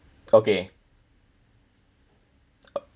okay